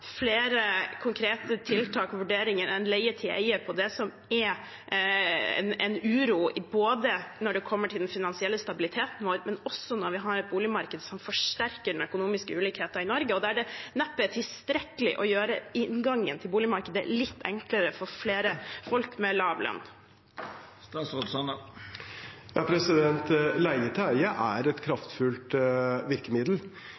flere konkrete tiltak og vurderinger enn leie-til-eie på det som er en uro både når det gjelder den finansielle stabiliteten vår, og også når vi har et boligmarked som forsterker den økonomiske ulikheten i Norge, og der det neppe er tilstrekkelig å gjøre inngangen til boligmarkedet litt enklere for flere folk med lav lønn.